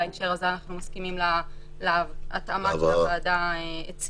בהקשר זה אנחנו מסכימים להתאמה שהציעה הוועדה.